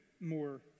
more